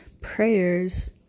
Prayers